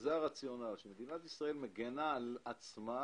וזה הרציונל, שמדינת ישראל מגינה על עצמה,